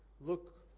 look